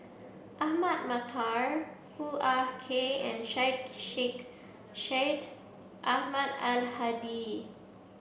Ahmad Mattar Hoo Ah Kay and Syed Sheikh Syed Ahmad Al Hadi